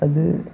അത്